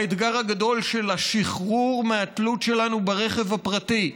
האתגר הגדול של השחרור מהתלות שלנו ברכב הפרטי,